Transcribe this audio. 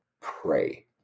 Pray